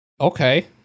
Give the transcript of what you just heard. okay